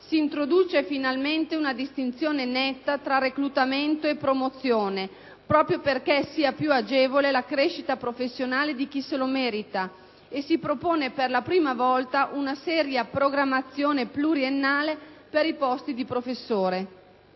si introduce finalmente una distinzione netta tra reclutamento e promozione, proprio perché sia più agevole la crescita professionale di chi se lo merita e si propone per la prima volta una seria programmazione pluriennale per i posti di professore.